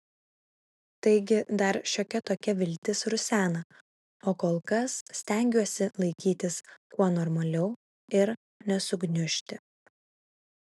taigi dar šiokia tokia viltis rusena o kol kas stengiuosi laikytis kuo normaliau ir nesugniužti